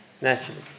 naturally